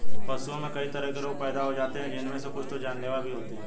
पशुओं में कई तरह के रोग पैदा हो जाते हैं जिनमे से कुछ तो जानलेवा भी होते हैं